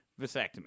vasectomy